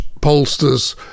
pollsters